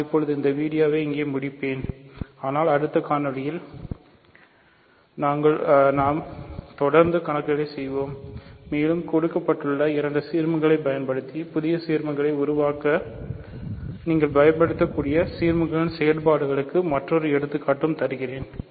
நான் இப்போது இந்த வீடியோவை இங்கே முடிப்பேன் ஆனால் அடுத்த காணொளியில் நாங்கள் தொடர்ந்து கணக்குகளைச் செய்வோம் மேலும் கொடுக்கப்பட்ட இரண்டு சீர்மங்களைப் பயன்படுத்தி புதிய சீர்மங்களை உருவாக்க நீங்கள் பயன்படுத்தக்கூடிய சீர்மங்களின் செயல்பாடுகளுக்கு மற்றொரு எடுத்துக்காட்டு தருகிறேன்